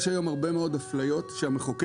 יש היום הרבה מאוד אפליות שהמחוקק,